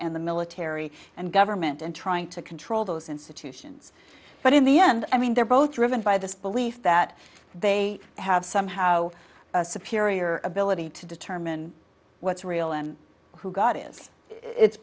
and the military and government and trying to control those institutions but in the end i mean they're both driven by this belief that they have somehow superior ability to determine what's real and who god is it's